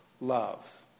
love